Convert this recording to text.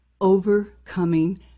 overcoming